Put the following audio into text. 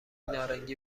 نارنگی